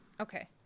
Okay